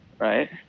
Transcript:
right